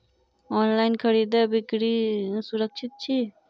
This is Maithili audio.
ऑनलाइन खरीदै बिक्री सुरक्षित छी